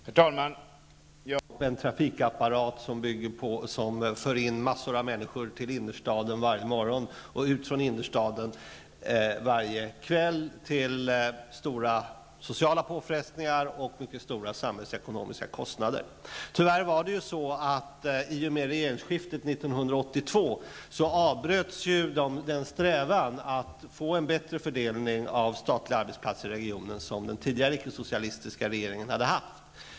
Fru talman! Jag vill göra en liten kommentar när det gäller frågan om lokaliseringen. Jag instämmer med Anita Johansson om vikten av att myndigheten lokaliseras utanför Stockholms innerstad. Staten är en viktig och dominerande arbetsgivare i Stockholmsregionen och har ett mycket stort ansvar för att arbetstillfällen i regionen är så ojämt fördelade. Det får stora konsekvenser i form av tröttande arbetsresor. Vi måste bygga upp en trafikapparat som för in massor av människor till innerstaden varje morgon och ut från innerstaden varje kväll, vilket innebär stora sociala påfrestningar och mycket stora samhällsekonomiska kostnader. I och med regeringsskiftet år 1982 avbröts tyvärr den strävan att få en bättre fördelning av statliga arbetsplatser inom regionen som den tidigare ickesocialistiska regeringen hade haft.